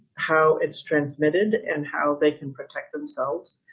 how it's transmitted and how they can protect themselves.